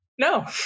no